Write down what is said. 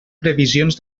previsions